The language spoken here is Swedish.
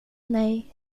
nej